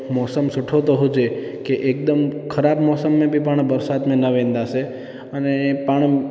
मौसम सुठो त हुजे के एकदम ख़राबु मौसम में बि पाण बरसाति में न वेंदासीं अने पाण